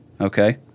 okay